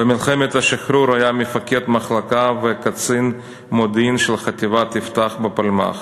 במלחמת השחרור היה מפקד מחלקה וקצין מודיעין של חטיבת יפתח בפלמ"ח,